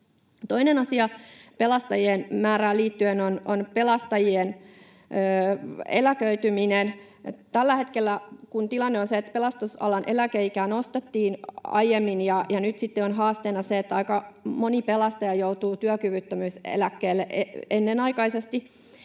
Toinen asia pelastajien määrään liittyen on pelastajien eläköityminen. Tällä hetkellä tilanne on se, että pelastusalan eläkeikää nostettiin aiemmin, ja nyt sitten on haasteena se, että aika moni pelastaja joutuu työkyvyttömyyseläkkeelle ennenaikaisesti.